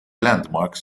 landmarks